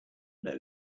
know